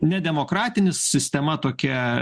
nedemokratinis sistema tokia